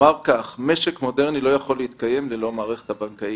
משק מודרני לא יכול להתקיים ללא המערכת הבנקאית.